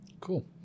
cool